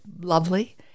lovely